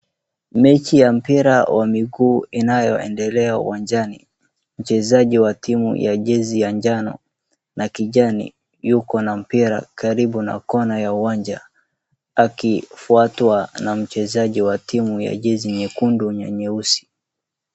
Mechi ya mpira wa miguu inayoendelea uwanjani, mchezaji wa timu ya jezi ya njano na kijani yuko na mpira karibu na corner ya uwanja akifuatwa na mchezaji wa timu ya jezi nyekundu na nyeusi.